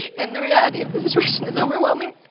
and the reality of the situation is overwhelming.